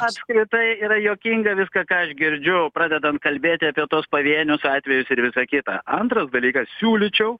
apskritai yra juokinga viską ką aš girdžiu pradedant kalbėti apie tuos pavienius atvejus ir visa kita antras dalykas siūlyčiau